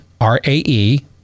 R-A-E